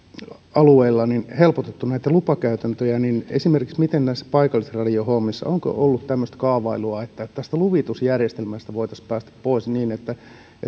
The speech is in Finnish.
alueella helpottaneet lupakäytäntöjä miten on esimerkiksi näissä paikallisradiohommissa onko ollut tämmöistä kaavailua että tästä luvitusjärjestelmästä voitaisiin päästä pois niin että